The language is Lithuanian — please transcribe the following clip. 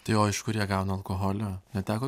tai o iš kur jie gauna alkoholio neteko